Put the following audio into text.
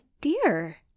dear